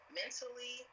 mentally